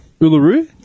Uluru